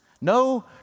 no